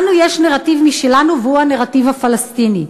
לנו יש נרטיב משלנו והוא הנרטיב הפלסטיני.